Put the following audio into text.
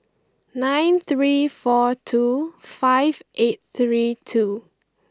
nine three four two five eight three two